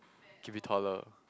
keep it taller